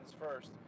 first